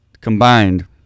combined